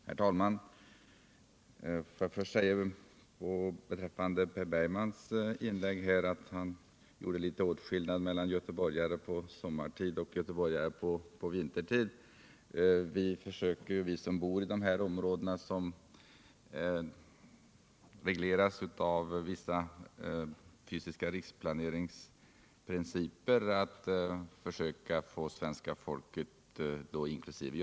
Herr talman! Jag vill först kommentera Per Bergmans inlägg. Han gjorde skillnad mellan göteborgare sommartid och vintertid. Vi som bor i de områden som regleras av vissa principer i den fysiska riksplaneringen försöker få svenska folket, inkl.